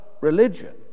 religion